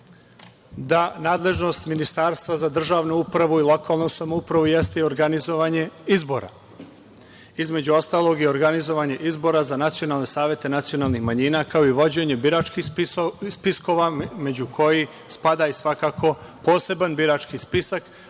da nadležnost Ministarstva za državnu upravu i lokalnu samoupravu jeste i organizovanje izbora, između ostalog i organizovanje izbora za nacionalne savete nacionalnih manjina, kao i vođenje biračkih spiskova među koji spada i svakako poseban birački spisak